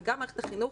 וגם מערכת החינוך